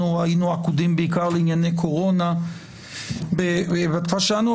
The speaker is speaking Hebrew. אנחנו היינו עקודים בעיקר לענייני קורונה בתקופה שלנו,